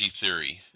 theory